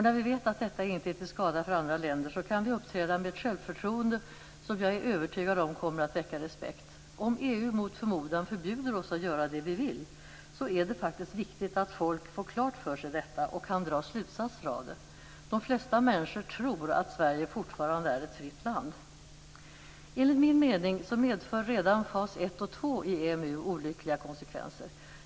När vi vet att detta inte är till skada för andra länder, kan vi uppträda med ett självförtroende som jag är övertygad om kommer att väcka respekt. Om EU mot förmodan förbjuder oss att göra det vi vill, är det faktiskt viktigt att folk får detta klart för sig och kan dra slutsatser av det. De flesta människor tror att Sverige fortfarande är ett fritt land. Enligt min mening medför redan fas 1 och 2 i EMU olyckliga konsekvenser.